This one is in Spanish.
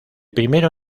primero